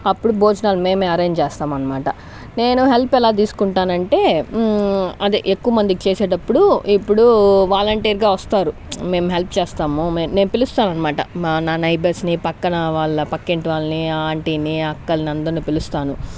అప్పుడు భోజనాలు మేమే అరేంజ్ చేస్తాం అనమాట నేను హెల్ప్ ఎలా తీసుకుంటానంటే అది ఎక్కువ మందికి చేసేటప్పుడు ఇప్పుడు వాలంటీర్గా వస్తారు మేము హెల్ప్ చేస్తాము నేను పిలుస్తాం అనమాట నా నైబర్స్ని పక్కన వాళ్ళ పక్కింటి వాళ్ళని ఆంటీనీ అక్కల్ని అందర్నీ పిలుస్తాను